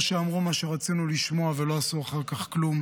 או שאמרו דברים שרצינו לשמוע ולא עשו אחר כך כלום,